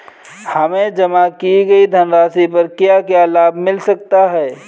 हमें जमा की गई धनराशि पर क्या क्या लाभ मिल सकता है?